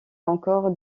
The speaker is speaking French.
encore